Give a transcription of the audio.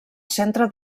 centre